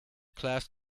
class